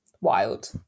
wild